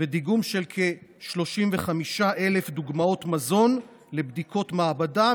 ודיגום של כ-35,000 דוגמאות מזון לבדיקות מעבדה,